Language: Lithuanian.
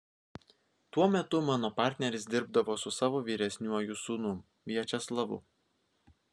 tuo metu mano partneris dirbdavo su savo vyresniuoju sūnum viačeslavu